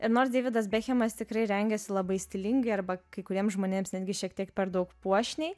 ir nors deividas bekhemas tikrai rengėsi labai stilingai arba kai kuriem žmonėms netgi šiek tiek per daug puošniai